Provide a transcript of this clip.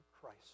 Christ